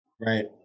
Right